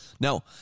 Now